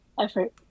effort